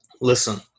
Listen